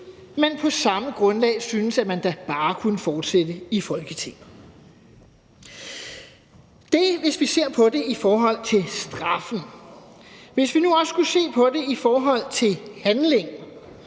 men på samme grundlag syntes, at man da bare kunne fortsætte i Folketinget. Det er mit synspunkt, hvis vi ser på det i forhold til straffen. Hvis vi nu også skulle se på det i forhold til handlingen,